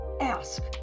ask